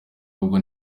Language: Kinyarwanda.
ahubwo